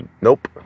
Nope